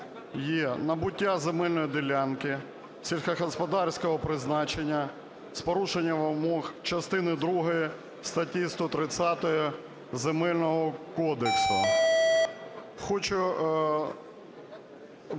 "є) набуття земельної ділянки сільськогосподарського призначення з порушенням вимог частини 2 статті 130 Земельного кодексу". Хочу